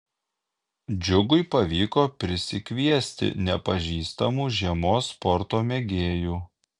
džiugui pavyko prisikviesti nepažįstamų žiemos sporto mėgėjų